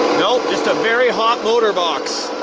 no, just a very hot motor box.